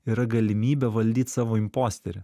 yra galimybė valdyt savo imposterį